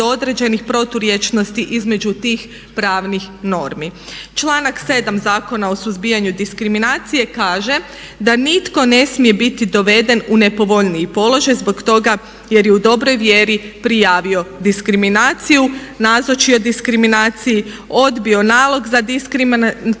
određenih proturječnosti između tih pravnih normi. Članak 7. Zakona o suzbijanju diskriminacije kaže da nitko ne smije biti doveden u nepovoljniji položaj zbog toga jer je u dobroj vjeri prijavio diskriminaciju, nazočio diskriminaciji, odbio nalog za diskriminatornim